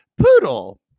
Poodle